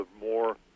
more